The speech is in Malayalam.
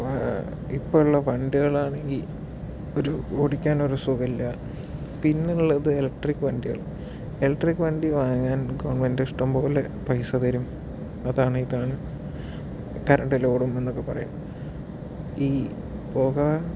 ഇപ്പോൾ ഉള്ള വണ്ടികളാണെങ്കിൽ ഒരു ഓടിയ്ക്കാനൊരു സുഖം ഇല്ല പിന്നെയുള്ളത് ഇലക്ട്രിക് വണ്ടികൾ ഇലക്ട്രിക് വണ്ടി വാങ്ങാൻ ഗവൺമെൻറ് ഇഷ്ടം പോലെ പൈസ തരും അതാണ് ഇതാണ് കറൻറ് ലോഡ് ഉണ്ടെന്നൊക്കെ പറയും ഈ പുക